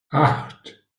acht